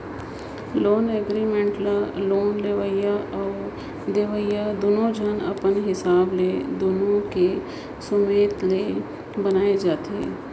loan agreement ल loan लेवइया अउ देवइया दुनो झन अपन हिसाब ले दुनो कर सुमेत ले बनाए जाथें